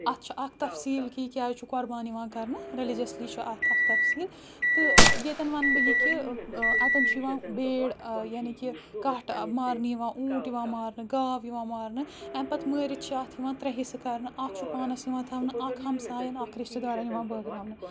اَتھ چھ اَکھ تفصیٖل کہِ یہِ کیازِ چھُ قۄربان یِوان کرنہٕ ریلِجسلی چھِ اَتھ اَکھ تفصیٖل تہٕ ییٚتٮ۪ن وَنہٕ بہٕ یہِ کہِ اَتٮ۪ن چھِ یِوان بیٚیہِ بیڑ یعنۍ کہِ کَٹھ مارنہٕ یِوان اوٗنٹ یِوان مارنہٕ گاو یِوان مانہٕ ایٚمۍ پتہٕ مٲرِتھ چھِ اَتھ یِوان ترےٚ حِصہٕ کرنہٕ اَکھ چھُ پانَس یِوان تھاونہٕ اَکھ ہمسایَن اَکھ رِشتہٕ دارَن یِوان بٲگراونہٕ